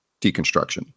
deconstruction